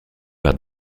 par